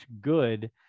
good